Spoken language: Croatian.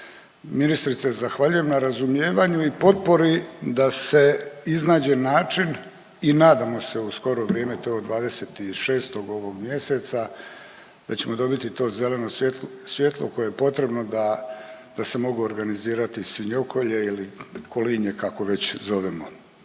ministrice zahvaljujem na razumijevanju i potpori da se iznađe način i nadamo se u skoro vrijeme to 26. ovog mjeseca da ćemo dobiti to zeleno svijetlo koje je potrebno da se mogu organizirati svinjokolje ili kolinje kako već zovemo.